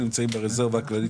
ברזרבה כללית